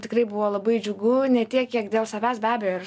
tikrai buvo labai džiugu ne tiek kiek dėl savęs be abejo ir